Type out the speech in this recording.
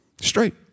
Straight